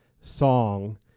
song